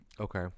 Okay